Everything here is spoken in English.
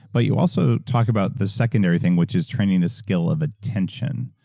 but you also talk about this secondary thing, which is training this skill of attention.